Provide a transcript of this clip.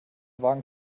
wagen